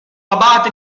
abate